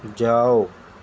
جاؤ